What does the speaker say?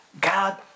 God